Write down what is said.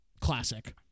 Classic